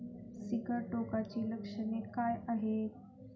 सिगाटोकाची लक्षणे काय आहेत?